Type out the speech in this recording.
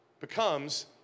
becomes